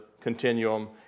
continuum